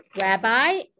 rabbi